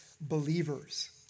believers